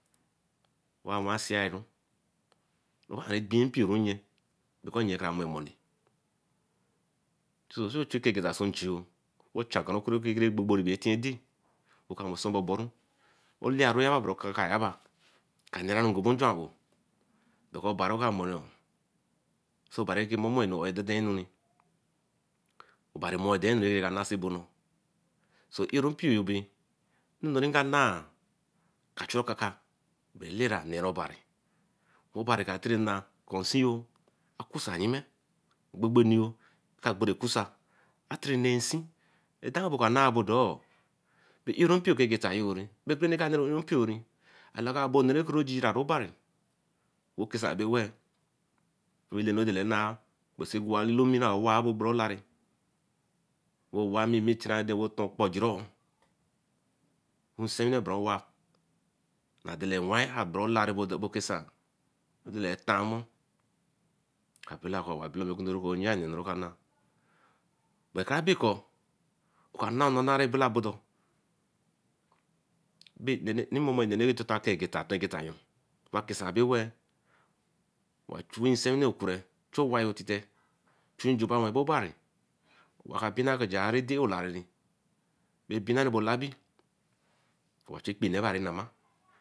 Wa wain cearu babiompioronye because nye ca momoni so so chu egeta sonchiyo wo chan ekon ko gbo gbo ragbo tiende wosun woboru olaye ya kayaba ka nera oo ogu bonjo aowe because obari re ka mor re obari re ka mor mor enu or dein enu obari mor dein enu ra ke nase bo nor so ero-mpio bay nnorinkanae ka chu okaka bey elera nemor obari, obari ka tere nah kun insee yo a kusa yime egbo boniyo bay kusa nee insee are bo ka nah bodoe bay erompio egeta ka neru nyime mpio olaka a neru koju aru oban ekesan boweeh dala enu ra doreh nah lolo mmii bah wah bay gberolare wo wa mmii mmii a tiren aden or torn kpon jirioon Nsewine bra owa na dele wninw bo olare bo kesan ballay tan omour oka bella owek undo ray nah enu ray ka na but karab eku okana ona ra ka bella bodo rinmomo nenu ra te egeta egetayo kesan abe weeh wa chaey eku-nsewine kure chue owayo tite chuba wesen obobari, oka bina kor ja ia ka dey olaeri bay bina bay ko labi awachu ekpee neba ra nama